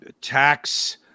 tax